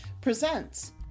presents